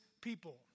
people